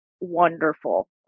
wonderful